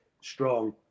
strong